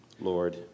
Lord